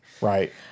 Right